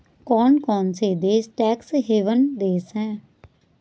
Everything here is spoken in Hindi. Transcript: कौन कौन से देश टैक्स हेवन देश हैं?